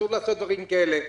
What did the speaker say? אסור לעשות דברים כאלה.